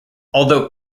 although